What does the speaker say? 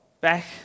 back